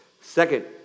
Second